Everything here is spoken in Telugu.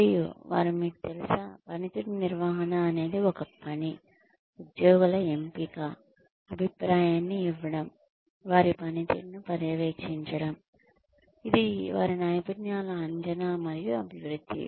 మరియు వారు మీకు తెలుసా పనితీరు నిర్వహణ అనేది ఒక పని ఉద్యోగుల ఎంపిక అభిప్రాయాన్ని ఇవ్వడం వారి పనితీరును పర్యవేక్షించడం ఇది వారి నైపుణ్యాల అంచనా మరియు అభివృద్ధి